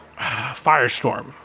Firestorm